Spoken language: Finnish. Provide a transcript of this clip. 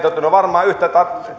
varmaan yhtä